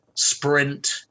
Sprint